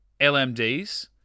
LMDs